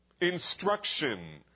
Instruction